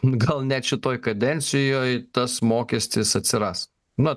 gal net šitoj kadencijoj tas mokestis atsiras na